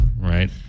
Right